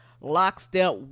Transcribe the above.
lockstep